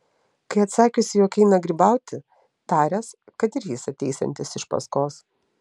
kai atsakiusi jog eina grybauti taręs kad ir jis ateisiantis iš paskos